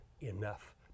enough